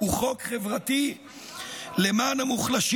הוא חוק חברתי למען המוחלשים.